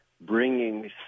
bringing